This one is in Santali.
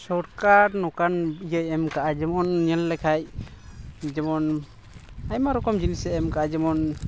ᱥᱚᱨᱠᱟᱨ ᱱᱚᱝᱠᱟᱱ ᱤᱭᱟᱹ ᱮᱢ ᱟᱠᱟᱫᱼᱟ ᱡᱮᱢᱚᱱ ᱧᱮᱞ ᱞᱮᱠᱷᱟᱱ ᱡᱮᱢᱚᱱ ᱟᱭᱢᱟ ᱨᱚᱠᱚᱢ ᱡᱤᱱᱤᱥᱮ ᱮᱢ ᱟᱠᱟᱫᱼᱟ ᱡᱮᱢᱚᱱ